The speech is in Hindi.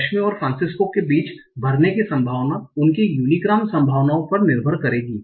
चश्मे और फ्रांसिस्को के बीच भरने की संभावना उनके यूनीग्राम संभावनाओं पर निर्भर करेगी